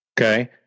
Okay